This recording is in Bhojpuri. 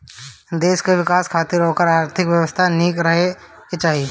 देस कअ विकास खातिर ओकर आर्थिक व्यवस्था निक रहे के चाही